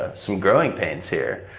ah some growing pains here.